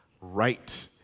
right